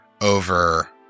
over